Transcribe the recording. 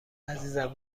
عزیزم